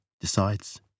decides